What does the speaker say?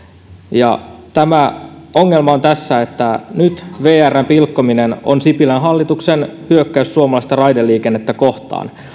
ja tämä ongelma on tässä että nyt vrn pilkkominen on sipilän hallituksen hyökkäys suomalaista raideliikennettä kohtaan